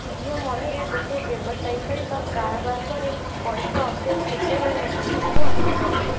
ଜିଓ ମନିରେ ଗୋଟିଏ ବ୍ୟବସାୟୀ ସହିତ କାରବାର ପରେ ପଇଠ ଅପଡ଼େଟ୍ କେତେବେଳେ ହେବ ବୋଲି ମୁଁ ଆଶା କରିବି